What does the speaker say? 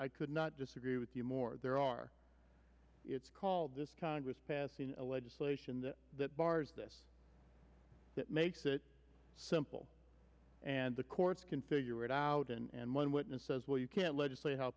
i could not disagree with you more there are it's called this congress passing legislation that bars this that makes it simple and the courts can figure it out and one witness says well you can't legislate how